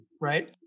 right